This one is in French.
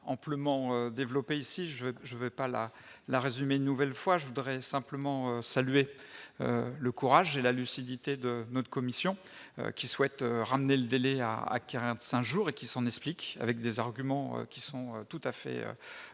amplement développée, je ne vais pas la résumer une nouvelle fois. Je voudrais simplement saluer le courage et la lucidité de notre commission qui souhaite ramener le délai à 45 jours et qui s'en explique avec des arguments qui sont tout à fait recevables.